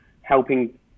helping